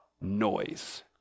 noise